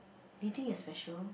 do you think you are special